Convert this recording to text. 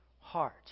heart